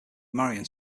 marian